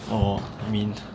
oh I mean